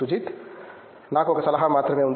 సుజిత్ నాకు ఒక సలహా మాత్రమే ఉంది